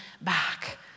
back